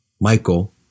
Michael